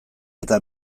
eta